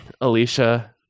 Alicia